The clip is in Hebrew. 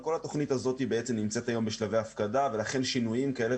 כל התוכנית הזאת נמצאת בשלבי הפקדה ולכן שינויים כאלה